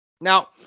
Now